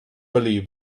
believe